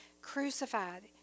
crucified